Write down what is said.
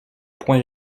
point